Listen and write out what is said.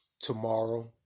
tomorrow